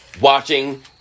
watching